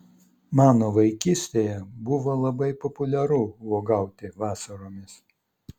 mano vaikystėje buvo labai populiaru uogauti vasaromis